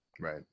Right